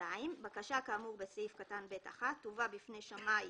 (ב2)בקשה כאמור בסעיף קטן (ב1) תובא בפני שמאי